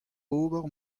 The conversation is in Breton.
ober